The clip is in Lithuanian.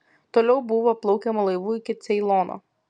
toliau buvo plaukiama laivu iki ceilono